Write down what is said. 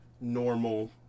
normal